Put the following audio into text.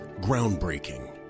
Groundbreaking